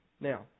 Now